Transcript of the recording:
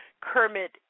Kermit